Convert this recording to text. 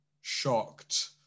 shocked